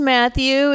Matthew